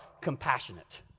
compassionate